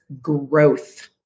growth